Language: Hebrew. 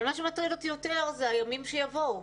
מה שמטריד אותי יותר אלה הימים שיבואו.